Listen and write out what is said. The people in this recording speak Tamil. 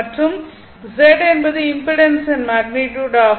மற்றும் Z என்பது இம்பிடன்ஸின் மேக்னிட்யுட் ஆகும்